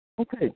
Okay